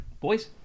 boys